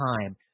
time